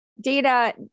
data